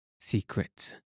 Secrets